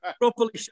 properly